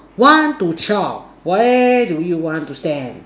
one to twelve where do you want to stand